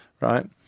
right